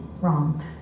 Wrong